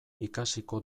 ikasiko